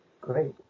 Great